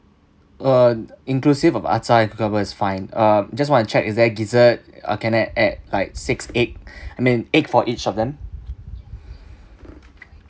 uh inclusive of acar cucumber is fine um just want to check is there gizzard uh can I add like six egg I mean egg for each of them